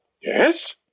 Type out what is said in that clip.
Yes